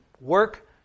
work